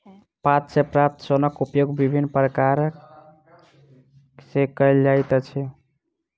पात सॅ प्राप्त सोनक उपयोग विभिन्न प्रकार सॅ कयल जाइत अछि